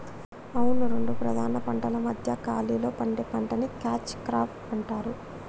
అవును రెండు ప్రధాన పంటల మధ్య ఖాళీలో పండే పంటని క్యాచ్ క్రాప్ అంటారు